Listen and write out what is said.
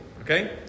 okay